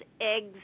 eggs